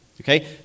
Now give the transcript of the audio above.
Okay